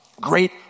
great